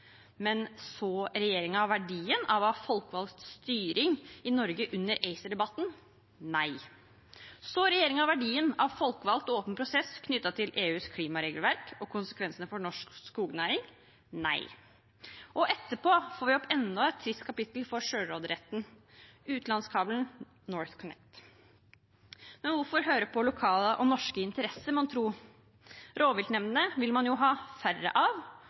men så regjeringen verdien av å ha folkevalgt styring i Norge under ACER-debatten? Nei. Så regjeringen verdien av en folkevalgt og åpen prosess knyttet til EUs klimaregelverk og konsekvensene for norsk skognæring? Nei. Og etterpå får vi enda et trist kapittel for sjølråderetten: utenlandskabelen NorthConnect. Hvorfor høre på lokale og norske interesser, mon tro? Rovviltnemndene vil man ha færre av,